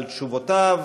לתשובותיו.